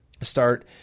start